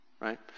right